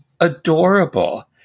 adorable